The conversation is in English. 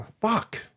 Fuck